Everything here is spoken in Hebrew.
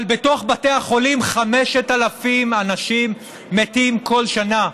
אבל בתוך בתי החולים 5,000 אנשים מתים כל שנה.